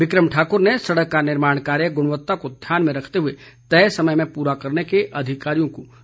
बिक्रम ठाकुर ने सड़क का निर्माण कार्य गुणवत्ता को ध्यान में रखते हुए तय समय में पूरा करने के अधिकारियों को निर्देश दिए